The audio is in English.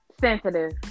Sensitive